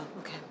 Okay